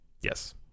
Yes